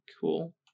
Cool